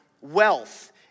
wealth